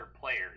players